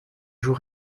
joues